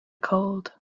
cold